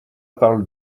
parle